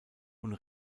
und